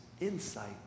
insight